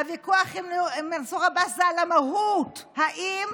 הוויכוח עם מנסור עבאס זה על המהות: האם